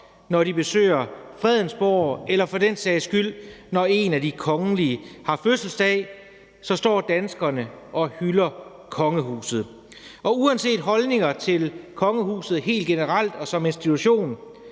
når de besøger Fredensborg eller for den sags skyld, når en af de kongelige har fødselsdag, så står danskerne og hylder kongehuset. Og uanset holdninger til kongehuset helt generelt og som institution